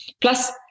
Plus